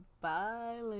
Bye